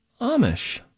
Amish